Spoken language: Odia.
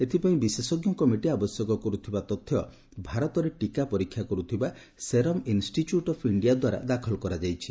ଏଥିପାଇଁ ବିଶେଷଜ୍ଞ କମିଟି ଆବଶ୍ୟକ କରୁଥିବା ତଥ୍ୟ ଭାରତରେ ଟିକା ପରୀକ୍ଷା କରୁଥିବା ସେରମ୍ ଇନଷ୍ଟିଚ୍ୟୁଟ୍ ଅଫ୍ ଇଣ୍ଡିଆ ଦ୍ୱାରା ଦାଖଲ କରାଯାଇଛି